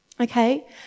Okay